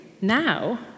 now